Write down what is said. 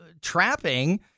trapping